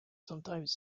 sometimes